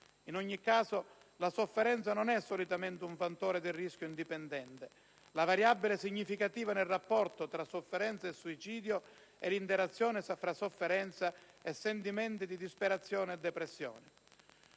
In ogni caso, la sofferenza non è solitamente un fattore di rischio indipendente. La variabile significativa nel rapporto fra sofferenza e suicidio è l'interazione fra sofferenza e sentimenti di disperazione e depressione.